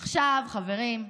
עכשיו, חברים,